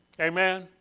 Amen